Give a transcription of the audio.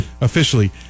officially